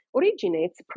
originates